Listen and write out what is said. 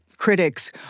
critics